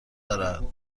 دارد